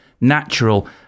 natural